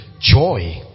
joy